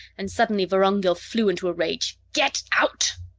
and suddenly vorongil flew into a rage. get out!